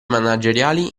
manageriali